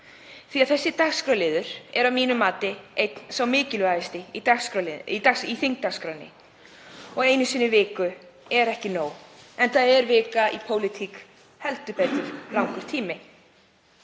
því að þessi dagskrárliður er að mínu mati einn sá mikilvægasti í þingdagskránni. Einu sinni í viku er ekki nóg, enda er vika í pólitík heldur betur langur tími.